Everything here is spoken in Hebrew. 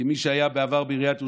כמי שהיה בעבר בעיריית ירושלים,